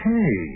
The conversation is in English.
Hey